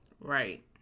Right